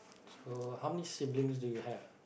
so how many siblings do you have